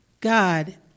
God